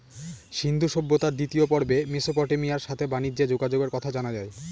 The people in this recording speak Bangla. সিন্ধু সভ্যতার দ্বিতীয় পর্বে মেসোপটেমিয়ার সাথে বানিজ্যে যোগাযোগের কথা জানা যায়